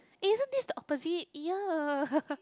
eh isn't this the opposite !eeyer!